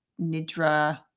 nidra